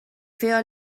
fer